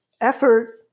effort